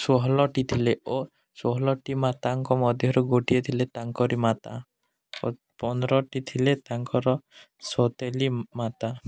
ଷୋହଳଟି ଥିଲେ ଓ ଷୋହଳଟି ମାତାଙ୍କ ମଧ୍ୟରୁ ଗୋଟିଏ ଥିଲେ ତାଙ୍କରି ମାତା ଓ ପନ୍ଦରଟି ଥିଲେ ତାଙ୍କର ସୋତେଲି ମାତା